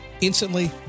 Instantly